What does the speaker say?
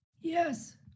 Yes